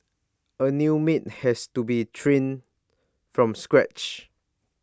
A new maid has to be trained from scratch